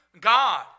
God